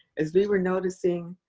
as we were noticing.